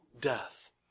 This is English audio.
death